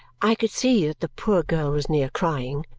i could see that the poor girl was near crying,